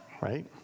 Right